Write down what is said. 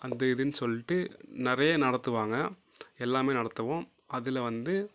அந்த இதுனு சொல்லிவிட்டு நிறைய நடத்துவாங்க எல்லாமே நடத்துவோம் அதில் வந்து